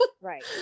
Right